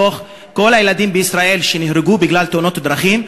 מכל הילדים בישראל שנהרגו בגלל תאונות דרכים,